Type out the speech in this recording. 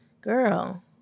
girl